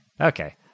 okay